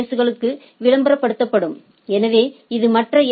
எஸ்களுக்கு விளம்பரபடுத்தப்படும் எனவே இது மற்ற ஏ